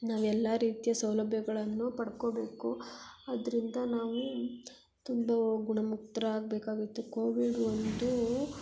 ನಾವು ಎಲ್ಲ ರೀತಿಯ ಸೌಲಭ್ಯಗಳನ್ನು ಪಡ್ಕೊಬೇಕು ಅದರಿಂದ ನಾವು ತುಂಬ ಗುಣಮುಖ್ ಆಗಬೇಕಾಗಿತ್ತು ಕೋವಿಡ್ ಒಂದು